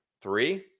three